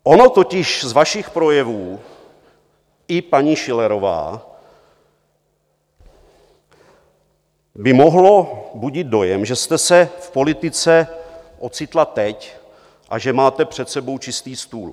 Ono totiž z vašich projevů, i paní Schillerová, by mohlo budit dojem, že jste se v politice ocitla teď a že máte před sebou čistý stůl.